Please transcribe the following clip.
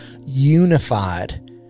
unified